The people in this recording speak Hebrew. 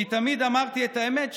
כי תמיד אמרתי את האמת,